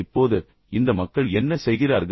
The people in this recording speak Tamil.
இப்போது இந்த மக்கள் என்ன செய்கிறார்கள்